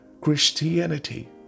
Christianity